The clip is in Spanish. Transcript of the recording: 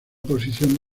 posición